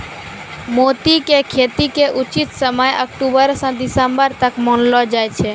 मोती के खेती के उचित समय अक्टुबरो स दिसम्बर तक मानलो जाय छै